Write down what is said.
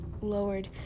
lowered